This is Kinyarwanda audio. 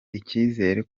icyizere